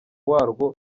warwo